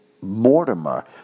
Mortimer